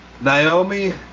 Naomi